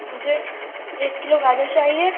مجھے ایک کلو گاجر چاہیے